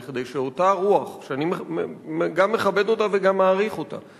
כדי שאותה רוח שאני גם מכבד אותה וגם מעריך אותה,